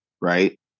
Right